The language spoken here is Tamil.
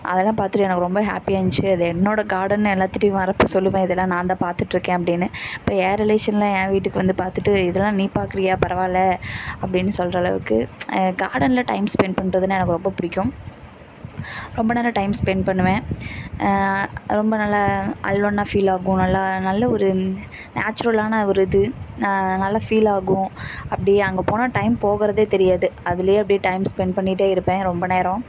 அதலாம் பார்த்துட்டு எனக்கு ரொம்ப ஹேப்பியாக இருந்துச்சு அது என்னோட கார்டன்னு எல்லாத்துட்டேயும் வர்றப்போ சொல்வேன் அது எல்லாம் நான் தான் பார்த்துட்டு இருக்கேன் அப்படினு இப்போ என் ரிலேஷன்லா என் வீட்டுக்கு வந்து பார்த்துட்டு இதெல்லாம் நீ பாக்கிறியா பரவாயில்ல அப்படினு சொல்கிற அளவுக்கு கார்டன்ல டைம்ஸ் ஸ்பெண்ட் பண்ணுறதுனா எனக்கு ரொம்ப பிடிக்கும் ரொம்ப நேரம் டைம் ஸ்பெண்ட் பண்ணுவேன் ரொம்ப நல்லா அலோனாக ஃபீல் ஆகும் நல்லா நல்ல ஒரு நேச்சுரலான ஒரு இது நான் நல்லா ஃபீல் ஆகும் அப்படி அங்கே போனால் டைம் போகிறதே தெரியாது அதுலேயே அப்படியே டைம் ஸ்பெண்ட் பண்ணிட்டே இருப்பேன் ரொம்ப நேரம்